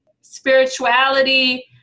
spirituality